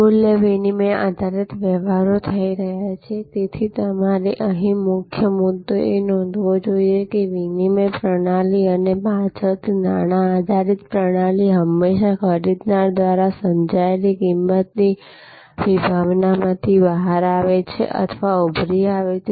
મૂલ્ય વિનિમય આધારિત વ્યવહારો થઈ રહ્યા છે તેથી તમારે અહીં મુખ્ય મુદ્દો એ નોંધવો જોઈએ કે વિનિમય પ્રણાલી અને પાછળથી નાણાં આધારિત પ્રણાલી હંમેશા ખરીદનાર દ્વારા સમજાયેલી કિંમતની વિભાવનામાંથી બહાર આવે છે અથવા ઉભરી આવે છે